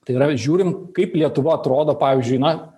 tai yra žiūrim kaip lietuva atrodo pavyzdžiui na